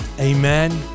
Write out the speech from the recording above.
Amen